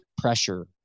pressure